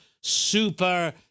Super